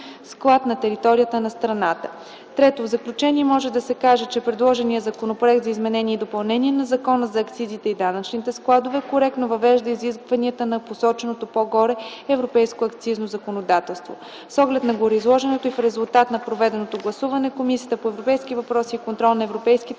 на територията на страната. III. В заключение може да се каже, че предложеният Законопроект за изменение и допълнение на Закона за акцизите и данъчните складове коректно въвежда изискванията на посоченото по-горе европейско акцизно законодателство. С оглед на гореизложеното и в резултат на проведеното гласуване Комисията по европейските въпроси и контрол на европейските